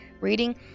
reading